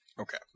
Okay